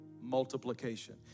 multiplication